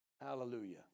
Hallelujah